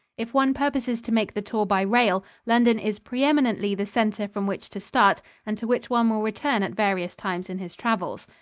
if one purposes to make the tour by rail, london is pre-eminently the center from which to start and to which one will return at various times in his travels.